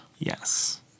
Yes